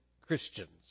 Christians